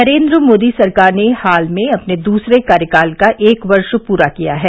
नरेन्द्र मोदी सरकार ने हाल में अपने दूसरे कार्यकाल का एक वर्ष पूरा किया है